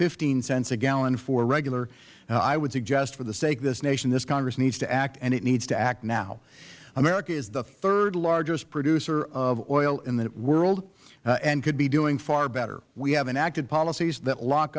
fifteen cents a gallon for regular and i would suggest for the sake of this nation this congress needs to act and it needs to act now america is the third largest producer of oil in the world and could be doing far better we have enacted policies that lock